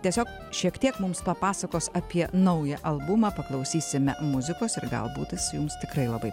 tiesiog šiek tiek mums papasakos apie naują albumą paklausysime muzikos ir galbūt jis jums tikrai labai